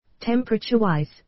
Temperature-wise